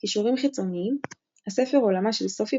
קישורים חיצוניים הספר "עולמה של סופי",